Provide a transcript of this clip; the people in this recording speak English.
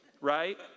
right